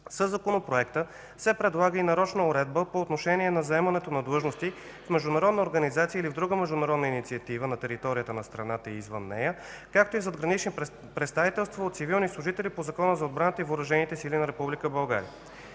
Със Законопроекта се предлага и нарочна уредба по отношение заемането на длъжности в международна организация или в друга международна инициатива на територията на страната и извън нея, както и в задгранични представителства от цивилни служители по Закона за отбраната и въоръжените сили на